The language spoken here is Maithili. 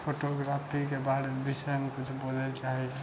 फोटोग्राफीके बारेमे विषयमे कुछ बोलै लए चाहै छी